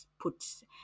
puts